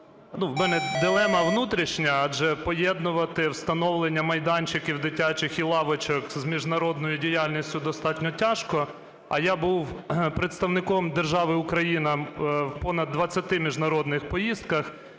в мене дилема внутрішня, адже поєднувати встановлення майданчиків дитячих і лавочок з міжнародною діяльністю достатньо тяжко, а я був представником держави Україна в понад 20 міжнародних поїздках: